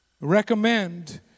recommend